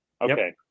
Okay